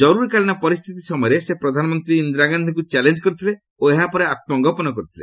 ଜରୁରୀକାଳୀନ ପରିସ୍ଥିତି ସମୟରେ ସେ ପ୍ରଧାନମନ୍ତ୍ରୀ ଇନ୍ଦିରାଗାନ୍ଧିଙ୍କୁ ଚ୍ୟାଲେଞ୍ କରିଥିଲେ ଓ ଏହାପରେ ଆତ୍ମଗୋପନ କରିଥିଲେ